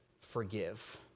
forgive